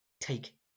take